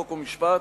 חוק ומשפט,